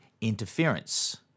interference